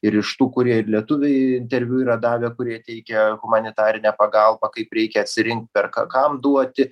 ir iš tų kurie ir lietuviai interviu yra davę kurie teikia humanitarinę pagalbą kaip reikia atsirinkt per ką kam duoti